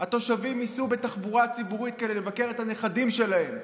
התושבים ייסעו בתחבורה ציבורית כדי לבקר את הנכדים שלהם,